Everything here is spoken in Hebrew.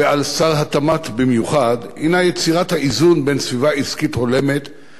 הינה יצירת האיזון בין סביבה עסקית הולמת המאפשרת משיכת השקעות,